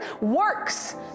works